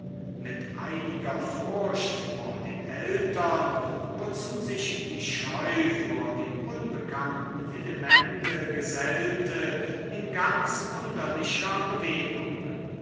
mit einiger furcht vor den eltern wozu sich die scheu vor dem unbekannten elemente gesellte in ganz wunderlicher bewegung